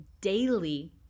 daily